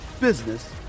business